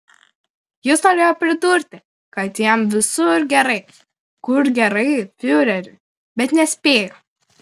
jis norėjo pridurti kad jam visur gerai kur gerai fiureriui bet nespėjo